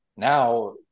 Now